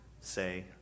say